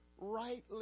rightly